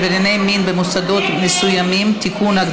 עברייני מין במוסדות מסוימים (תיקון,